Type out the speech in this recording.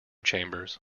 chambers